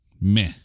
meh